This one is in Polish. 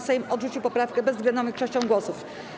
Sejm odrzucił poprawkę bezwzględną większością głosów.